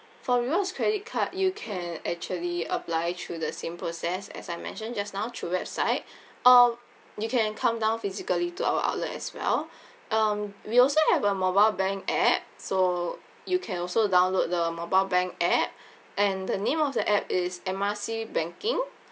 for rewards credit card you can actually apply through the same process as I mentioned just now through website or you can come down physically to our outlet as well um we also have a mobile bank app so you can also download the mobile bank app and the name of the app is M R C banking